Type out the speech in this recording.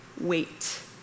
wait